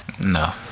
No